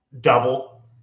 double